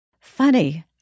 funny